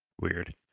weird